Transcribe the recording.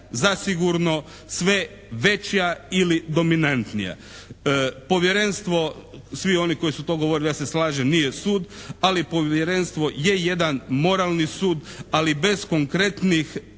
zasigurno sve veća ili dominantnija. Povjerenstvo, svi oni koji su to govorili, ja se slažem, nije sud, ali Povjerenstvo je jedan moralni sud, ali bez konkretnih